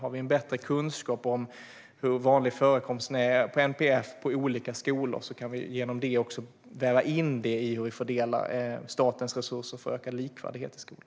Har vi bättre kunskap om hur vanligt förekommande NPF är på olika skolor kan vi väva in detta i hur vi fördelar statens resurser för ökad likvärdighet i skolan.